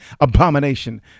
abomination